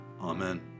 Amen